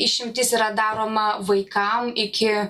išimtis yra daroma vaikam iki